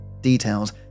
details